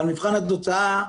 אבל המבחן התוצאה,